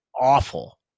awful